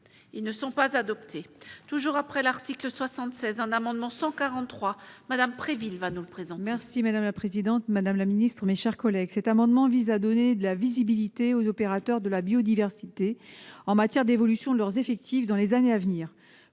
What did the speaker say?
Ils ne sont pas adoptés toujours après l'article 76 un amendement 143 madame Préville va au présent, merci. Si Madame la présidente, Madame la Ministre, mes chers collègues, cet amendement vise à donner de la visibilité aux opérateurs de la biodiversité en matière d'évolution de leurs effectifs dans les années à venir,